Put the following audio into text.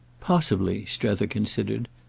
possibly strether considered.